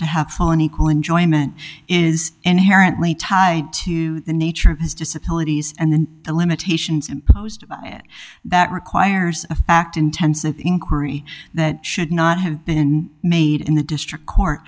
to have fallen equal enjoyment is inherently tied to the nature of his disability and then the limitations imposed that requires a fact intensive inquiry that should not have been made in the district court